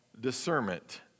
discernment